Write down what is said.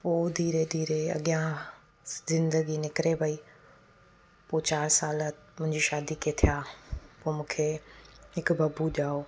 पोइ धीरे धीरे अॻियां ज़िंदगी निकिरे पेई पोइ चारि साल मुंहिंजी शादीअ खे थिया पोइ मूंखे हिकु बबू ॼाओ